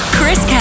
Chris